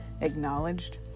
acknowledged